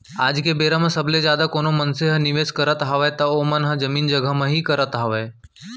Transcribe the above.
आज के बेरा म सबले जादा कोनो मनसे मन ह निवेस करत हावय त ओमन ह जमीन जघा म ही करत हावय